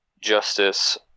justice